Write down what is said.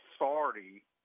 authority